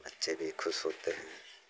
बच्चे भी ख़ुश होते हैं